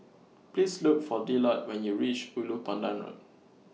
Please Look For Dillard when YOU REACH Ulu Pandan Road